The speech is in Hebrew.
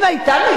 זה ההיסטוריה.